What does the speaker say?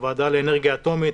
הוועדה לאנרגיה אטומית,